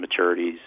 maturities